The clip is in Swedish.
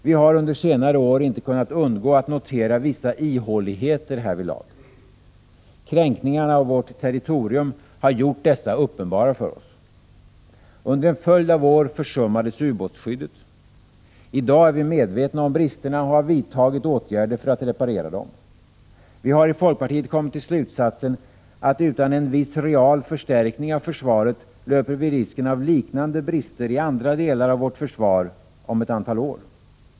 Vi har under senare år inte kunnat undgå att notera vissa ihåligheter härvidlag. Kränkningarna av vårt territorium har gjort dessa uppenbara för oss. Under en följd av år försummades ubåtsskyddet. I dag är vi medvetna om bristerna och har vidtagit åtgärder för att reparera dem. Vi har i folkpartiet kommit fram till slutsatsen att utan en viss real förstärkning av försvaret löper vårt land risken av liknande brister i andra delar av sitt försvar om ett antal år.